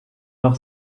noch